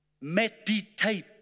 Meditate